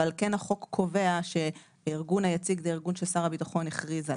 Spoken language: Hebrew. אבל החוק כן קובע שהארגון היציג זה הארגון ששר הביטחון הכריז עליו.